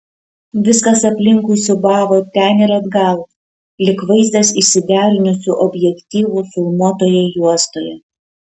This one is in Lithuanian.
viskas aplinkui siūbavo ten ir atgal lyg vaizdas išsiderinusiu objektyvu filmuotoje juostoje